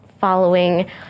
following